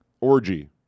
Orgy